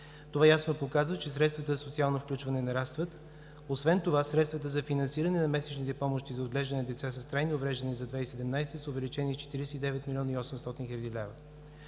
Това ясно показва, че средствата за социално включване нарастват. Освен това средствата за финансиране на месечните помощи за отглеждане на деца с трайни увреждания за 2017 г. са увеличени с 49 млн. 800 хил.